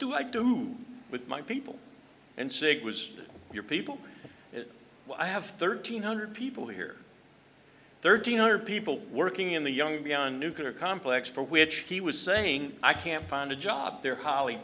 do i do with my people and sig was your people i have thirteen hundred people here thirteen hundred people working in the young beyond nuclear complex for which he was saying i can't find a job there h